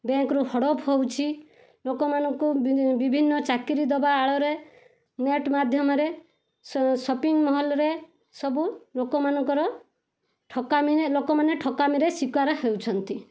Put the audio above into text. ବ୍ୟାଙ୍କ୍ରୁ ହଡ଼ପ ହେଉଛି ଲୋକମାନଙ୍କୁ ବିଭିନ୍ନ ଚାକିରି ଦେବା ଆଳରେ ନେଟ୍ ମାଧ୍ୟମରେ ସପିଙ୍ଗ ମହଲରେ ସବୁ ଲୋକମାନଙ୍କର ଠକାମିରେ ଲୋକମାନେ ଠକାମିରେ ଶିକାର ହେଉଛନ୍ତି